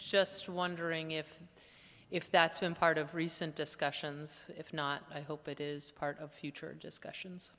just wondering if if that's been part of recent discussions if not i hope it is part of future discussions